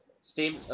steam